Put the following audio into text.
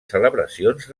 celebracions